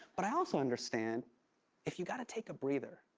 but i also understand if you got to take a breather.